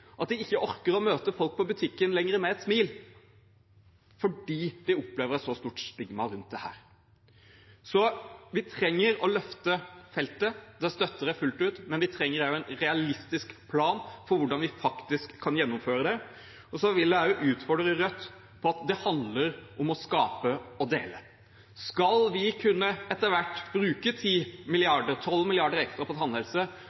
ikke lenger orker å møte folk på butikken med et smil, fordi de opplever et så stort stigma rundt dette. Så vi trenger å løfte feltet, det støtter jeg fullt ut, men vi trenger også en realistisk plan for hvordan vi faktisk kan gjennomføre det. Og så vil jeg også utfordre Rødt på at det handler om å skape og dele. Skal vi etter hvert kunne bruke 10–12 mrd. kr ekstra på